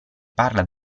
parla